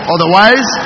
Otherwise